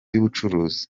y’ubucuruzi